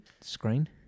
screen